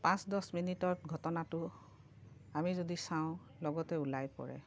পাঁচ দহ মিনিটত ঘটনাটো আমি যদি চাওঁ লগতে ওলাই পৰে